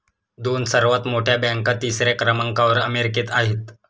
दोन सर्वात मोठ्या बँका तिसऱ्या क्रमांकावर अमेरिकेत आहेत